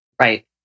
Right